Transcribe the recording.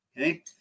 okay